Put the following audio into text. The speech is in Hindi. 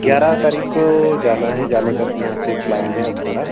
ग्यारह तारीख को जाना है जाने का यहाँ से प्लान है हमारा